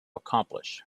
accomplish